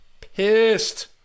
pissed